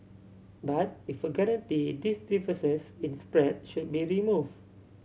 but with a guarantee this difference in spread should be remove